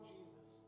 Jesus